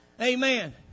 Amen